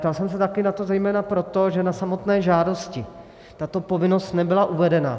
Ptal jsem se taky na to zejména proto, že na samotné žádosti tato povinnost nebyla uvedena.